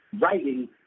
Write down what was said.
writing